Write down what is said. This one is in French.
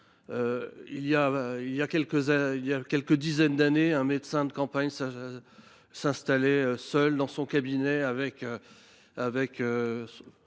Il y a quelques dizaines d’années, un médecin de campagne s’installait seul dans son cabinet ;